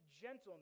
gentleness